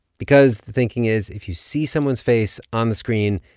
because the thinking is, if you see someone's face on the screen,